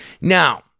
Now